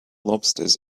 lobsters